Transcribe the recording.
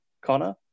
Connor